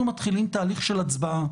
אנחנו מתחילים תהליך של הצבעה.